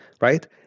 right